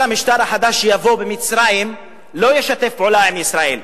המשטר החדש שיבוא במצרים לא ישתף פעולה עם ישראל.